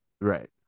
Right